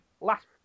Last